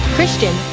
Christian